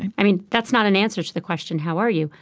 i mean, that's not an answer to the question, how are you?